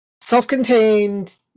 self-contained